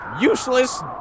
useless